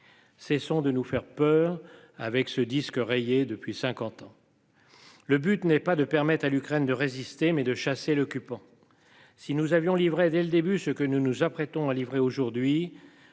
Cessons de nous faire peur avec ce disque rayé depuis 50 ans. Le but n'est pas de permettre à l'Ukraine de résister mais de chasser l'occupant. Si nous avions livrés dès le début, ce que nous nous apprêtons à livrer aujourd'hui.